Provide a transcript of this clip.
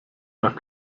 nach